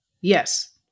Yes